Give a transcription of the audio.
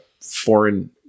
foreign